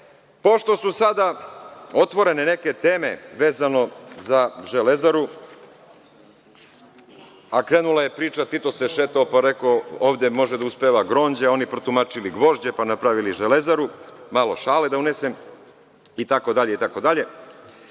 tačka. Pošto su sada otvorene neke teme vezano za „Železaru“, a krenula je priča Tito se šetao pa je rekao ovde može da uspeva grožđe, a oni protumačili gvožđe, pa napravili železaru, malo šale da unesem i tako dalje. Železara je